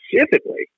specifically